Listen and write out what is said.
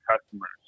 customers